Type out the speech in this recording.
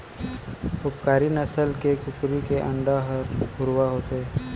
उपकारी नसल के कुकरी के अंडा हर भुरवा होथे